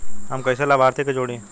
हम कइसे लाभार्थी के जोड़ी?